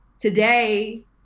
Today